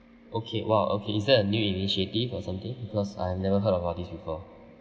okay !wow! okay is there a new initiative or something because I've never heard about this before